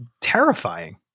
terrifying